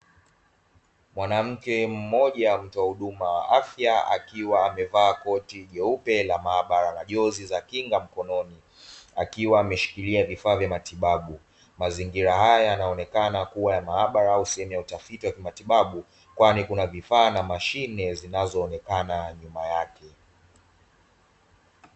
Mwanamke mmoja mtoa huduma wa afya akiwa amevaa koti jeupe la maabara na jozi za kinga mkononi, akiwa ameshikilia vifaa vya matibabu, mazingira haya yanaonekana kuwa ya maabara au sehemu ya utafiti wa kimatibabu, kwani kuna vifaa na mashine zinazoonekana nyuma yake.